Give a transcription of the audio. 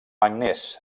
agnès